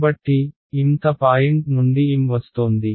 కాబట్టి mth point నుండి m వస్తోంది